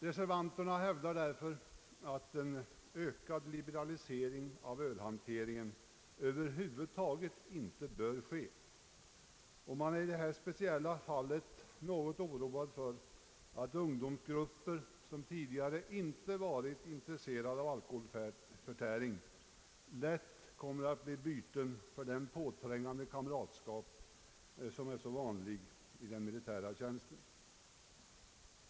Reservanterna hävdar därför att en ökad liberalisering av ölhanteringen över huvud taget inte bör ske, Vi är i detta speciella fall något oroade över att ungdomsgrupper, som tidigare inte varit intresserade av alkoholförtäring, lätt kommer att bli byte för det påträngande kamratskap som är så vanligt i den militära tjänsten.